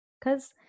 Cause